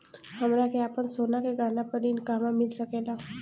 हमरा के आपन सोना के गहना पर ऋण कहवा मिल सकेला?